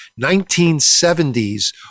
1970s